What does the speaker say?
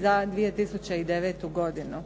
za 2009. godinu.